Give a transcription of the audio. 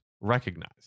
recognize